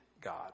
God